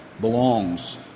belongs